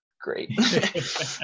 great